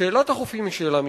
שאלת החופים היא שאלה מיוחדת,